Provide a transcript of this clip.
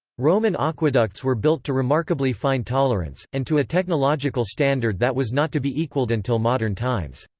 roman aqueducts were built to remarkably fine tolerance, and to a technological standard that was not to be equalled until modern times.